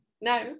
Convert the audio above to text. no